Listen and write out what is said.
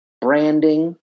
branding